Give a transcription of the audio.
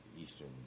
Eastern